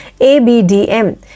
abdm